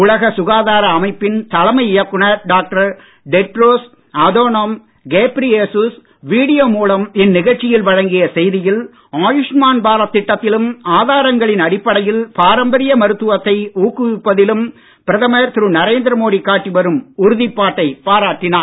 உலக சுகாதார அமைப்பின் தலைமை இயக்குநர் doctor Tedros Adhanom Ghebreyesus video மூலம் இந்நிகழ்ச்சியில் வழங்கிய செய்தியில் ஆயுஷ்மான் பாரத் திட்டத்திலும் ஆதாரங்களின் அடிப்படையில் பாரம்பரிய மருத்துவத்தை ஊக்குவிப்பதிலும் பிரதமர் திரு நரேந்திரமோடி காட்டிவரும் உறுதிப்பாட்டைப் பாராட்டினார்